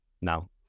now